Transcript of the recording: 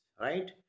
right